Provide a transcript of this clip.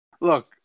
Look